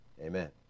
Amen